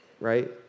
right